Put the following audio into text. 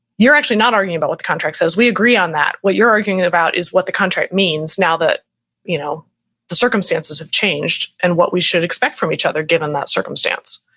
you're actually not arguing about what the contract says. we agree on that. what you're arguing about is what the contract means. now that you know the circumstances have changed and what we should expect from each other given that circumstance.